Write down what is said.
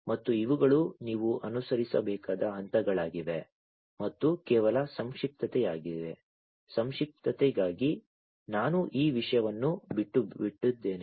ಮತ್ತು ಇವುಗಳು ನೀವು ಅನುಸರಿಸಬೇಕಾದ ಹಂತಗಳಾಗಿವೆ ಮತ್ತು ಕೇವಲ ಸಂಕ್ಷಿಪ್ತತೆಗಾಗಿ ನಾನು ಈ ವಿಷಯವನ್ನು ಬಿಟ್ಟುಬಿಡುತ್ತಿದ್ದೇನೆ